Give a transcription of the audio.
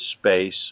space